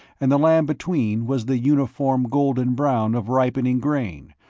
and the land between was the uniform golden-brown of ripening grain,